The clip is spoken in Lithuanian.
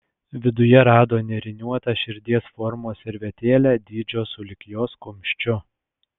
viduje rado nėriniuotą širdies formos servetėlę dydžio sulig jos kumščiu